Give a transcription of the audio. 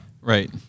Right